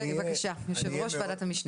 בבקשה, יושב ראש ועדת המשנה.